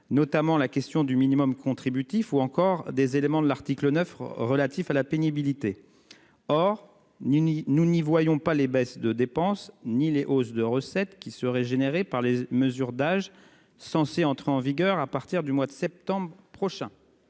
notamment la question du minimum contributif ou encore des éléments de l'article 9 relatif à la pénibilité. Or ni ni nous n'y voyons pas les baisses de dépenses ni les hausses de recettes qui seraient générés par les mesures d'âge censée entrer en vigueur à partir du mois de septembre prochain.